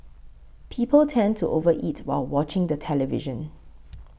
people tend to over eat while watching the television